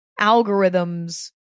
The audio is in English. algorithms